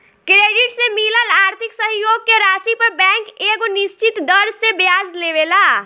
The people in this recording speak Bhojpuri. क्रेडिट से मिलल आर्थिक सहयोग के राशि पर बैंक एगो निश्चित दर से ब्याज लेवेला